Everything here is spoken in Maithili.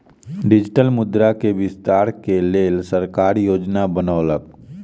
डिजिटल मुद्रा के विस्तार के लेल सरकार योजना बनौलक